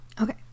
Okay